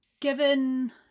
given